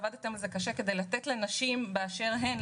עבדתם קשה כדי לתת לנשים באשר הן,